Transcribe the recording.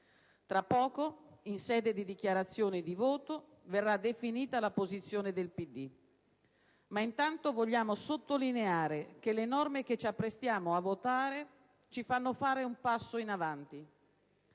Tra poco, in sede di dichiarazione di voto verrà definita la posizione del Partito Democratico, ma intanto vogliamo sottolineare che le norme che ci apprestiamo a votare ci fanno fare un passo in avanti.